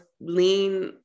lean